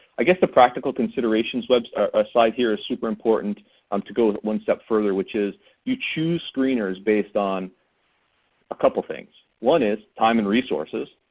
i guess the practical considerations ah slide here is super important um to go one step further which is you choose screeners based on a couple things. one is time and resources,